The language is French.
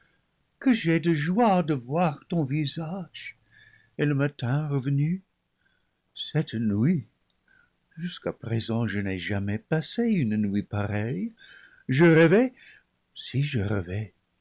que j'ai de joie de voir ton visage et le matin revenu celle nuit jusqu'à présent je n'ai jamais passé une nuit pareille je rêvais si je rêvais